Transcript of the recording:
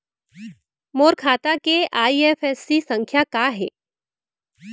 मोर खाता के आई.एफ.एस.सी संख्या का हे?